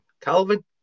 Calvin